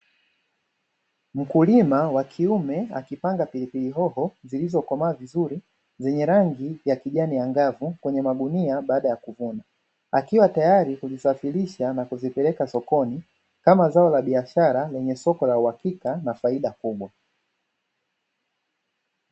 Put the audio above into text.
Mkulima wa kiume akipanga pilipili hoho zilizokomaa vizuri zenye rangi ya kijani angavu kwenye magunia baada ya kuvuna, akiwa tayari kuzisafirisha na kuzipeleka sokoni kama zao la biashara lenye soko la uhakika na faida kubwa.